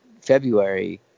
February